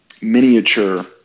miniature